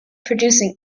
producing